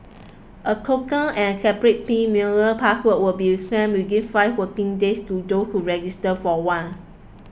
a token and separate pin mailer password will be sent within five working days to those who register for one